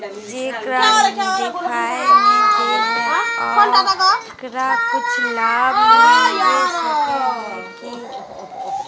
जेकरा दिखाय नय दे है ओकरा कुछ लाभ मिलबे सके है की?